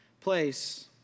place